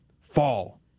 fall